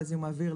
לזיהום האוויר,